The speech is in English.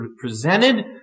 presented